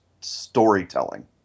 storytelling